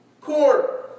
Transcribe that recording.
court